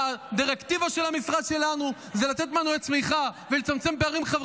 לי לפעול בצורה נכונה,